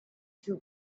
too